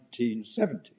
1970